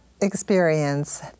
experience